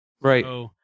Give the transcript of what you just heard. Right